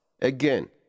again